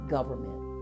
government